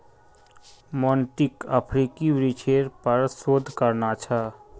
मोंटीक अफ्रीकी वृक्षेर पर शोध करना छ